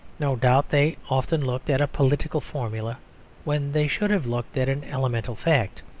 no doubt they often looked at a political formula when they should have looked at an elemental fact.